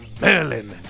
Merlin